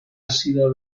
sido